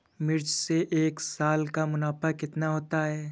मिर्च से एक साल का मुनाफा कितना होता है?